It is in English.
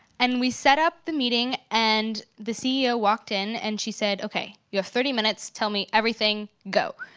and we set up the meeting and the ceo walked in and she said okay, you have thirty minutes. tell me everything, go.